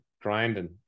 grinding